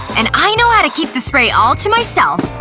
and i know how to keep the spray all to myself.